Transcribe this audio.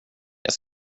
jag